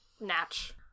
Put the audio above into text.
Natch